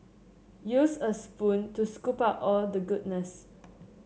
use a spoon to scoop out all the goodness